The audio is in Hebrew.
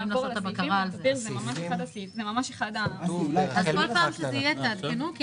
כל פעם שזה יהיה תעדכנו אותי,